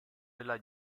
della